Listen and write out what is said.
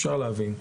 אפשר להבין.